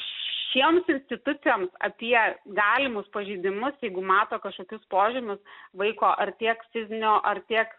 šiems institucijoms apie galimus pažeidimus jeigu mato kažkokius požymius vaiko ar tiek fizinio ar tiek